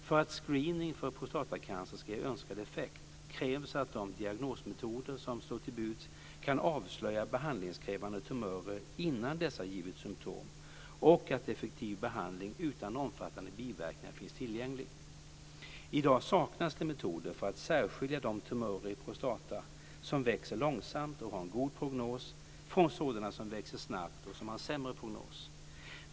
För att screening för prostatacancer ska ge önskad effekt krävs att de diagnosmetoder som står till buds kan avslöja behandlingskrävande tumörer innan dessa givit symtom och att effektiv behandling utan omfattande biverkningar finns tillgänglig. I dag saknas det metoder för att särskilja de tumörer i prostata som växer långsamt och har en god prognos från sådana som växer snabbt och som har en sämre prognos.